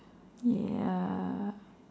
ya